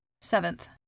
Seventh